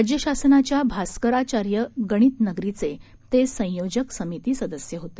राज्य शासनाच्या भास्कराचार्य गणित नगरीचे ते संयोजक समिती सदस्य होते